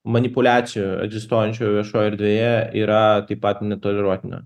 manipuliacijų egzistuojančių viešoj erdvėje yra taip pat netoleruotina